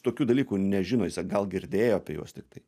tokių dalykų nežino jis gal girdėjo apie juos tiktai